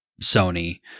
Sony